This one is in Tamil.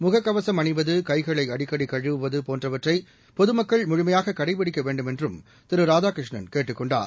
முகக்கவசம் அணிவது கைகளை அடிக்கடி கழுவுவது போன்றவற்றை பொதுமக்கள் முழுமையாக கடைபிடிக்க வேண்டுமென்றும் திரு ராதாகிருஷ்ணன் கேட்டுக் கொண்டார்